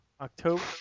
October